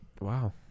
Wow